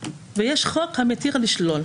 ויש חוק המתיר לשלול.